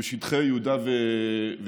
בשטחי יהודה ושומרון.